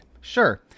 sure